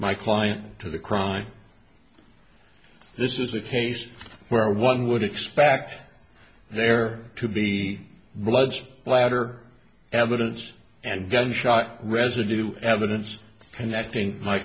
my client to the crime this is a case where one would expect there to be blood splatter evidence and then shot residue evidence connecting my